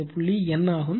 இந்த புள்ளி N ஆகும்